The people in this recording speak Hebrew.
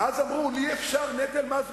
ואז אמרו, אי-אפשר, נטל מס גבוה.